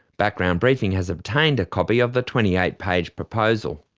background briefing has obtained a copy of the twenty eight page proposal.